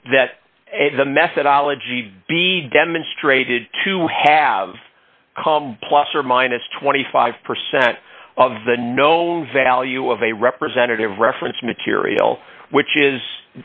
that the methodology be demonstrated to have come plus or minus twenty five percent of the known value of a representative reference material which is